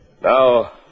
Now